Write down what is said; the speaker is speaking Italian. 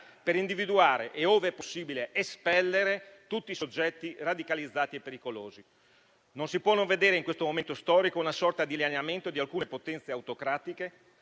per individuare e, ove possibile, espellere tutti i soggetti radicalizzati e pericolosi. Non si può non vedere in questo momento storico una sorta di allineamento di alcune potenze autocratiche: